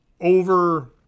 over